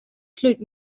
slút